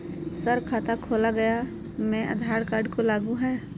Sir खाता खोला गया मैं आधार कार्ड को लागू है हां?